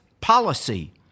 policy